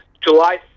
July